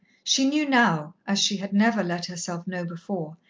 she knew now, as she had never let herself know before,